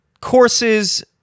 Courses